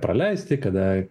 praleisti kada